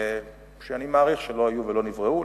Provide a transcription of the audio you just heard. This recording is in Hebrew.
שאני מעריך שלא היו ולא נבראו,